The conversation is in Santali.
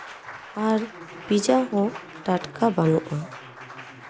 ᱟᱨ ᱯᱤᱡᱡᱟ ᱦᱚᱸ ᱴᱟᱴᱠᱟ ᱵᱟᱹᱱᱩᱜᱼᱟ